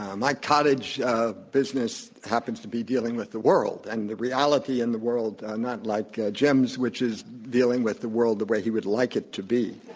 my cottage business happens to be dealing with the world and the reality in the world, not like jim's which is dealing with the world the way he would like it to be.